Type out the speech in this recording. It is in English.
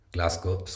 Glasgow